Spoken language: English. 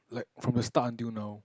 like from the start until now